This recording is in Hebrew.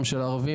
גם של הערבים.